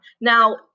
Now